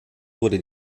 wurde